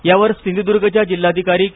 यावर सिंधूद्र्गच्या जिल्हाधिकारी के